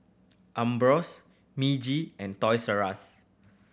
Ambros Meiji and Toys R Us